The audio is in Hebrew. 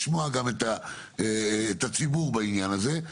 לשמוע גם את הציבור בעניין הזה,